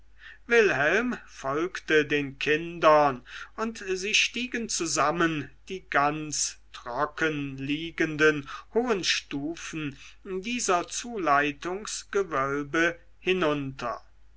wilhelm folgte den kindern und sie stiegen zusammen die ganz trocken liegenden hohen stufen dieser zuleitungsgewölbe hinunter